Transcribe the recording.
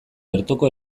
bertoko